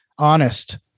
honest